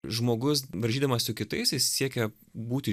žmogus varžydamas su kitais jis siekia būti